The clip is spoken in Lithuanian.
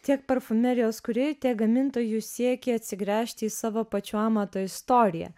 tiek parfumerijos kūrėjų tiek gamintojų siekį atsigręžti į savo pačių amato istoriją